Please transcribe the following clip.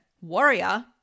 warrior